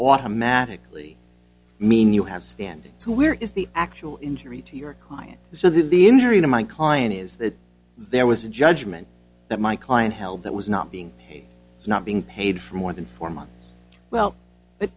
automatically i mean you have standing to where is the actual injury to your client so the injury to my client is that there was a judgment that my client held that was not being not being paid for more than four months well